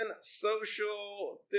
social